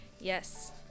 Yes